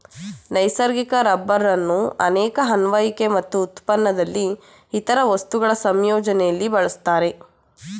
ನೈಸರ್ಗಿಕ ರಬ್ಬರನ್ನು ಅನೇಕ ಅನ್ವಯಿಕೆ ಮತ್ತು ಉತ್ಪನ್ನದಲ್ಲಿ ಇತರ ವಸ್ತುಗಳ ಸಂಯೋಜನೆಲಿ ಬಳಸ್ತಾರೆ